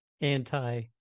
anti